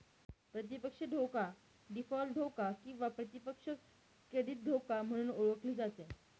प्रतिपक्ष धोका डीफॉल्ट धोका किंवा प्रतिपक्ष क्रेडिट धोका म्हणून ओळखली जाते